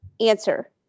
answer